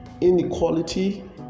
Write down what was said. inequality